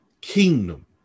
kingdom